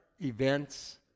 events